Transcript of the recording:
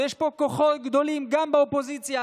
ויש פה כוחות גדולים גם באופוזיציה,